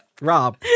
Rob